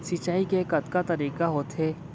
सिंचाई के कतका तरीक़ा होथे?